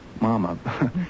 Mama